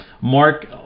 Mark